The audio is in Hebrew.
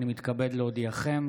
אני מתכבד להודיעכם,